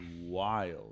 wild